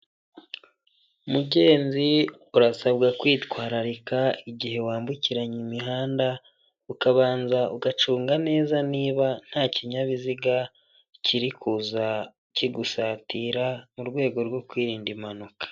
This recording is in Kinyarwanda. Mugenzi urasabwa kwitwararika igihe wambukiranya imihanda ukabanza ugacunga neza niba nta kinyabiziga kiri kuza kigusatira mu rwego rwo kwirinda impanuka.